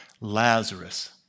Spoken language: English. Lazarus